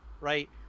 right